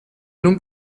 non